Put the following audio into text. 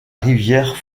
rivière